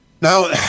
Now